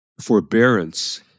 forbearance